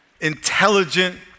intelligent